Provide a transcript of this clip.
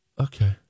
Okay